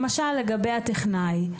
למשל לגבי הטכנאי.